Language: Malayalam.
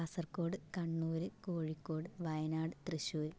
കാസർകോട് കണ്ണൂർ കോഴിക്കോട് വയനാട് തൃശ്ശൂർ